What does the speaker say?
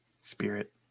spirit